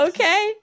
Okay